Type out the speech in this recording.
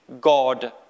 God